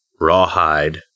rawhide